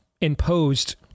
imposed